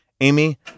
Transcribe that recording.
Amy